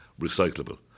recyclable